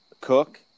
Cook